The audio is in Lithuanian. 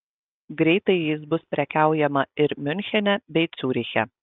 greitai jais bus prekiaujama ir miunchene bei ciuriche